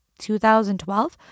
2012